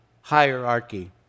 hierarchy